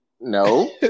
No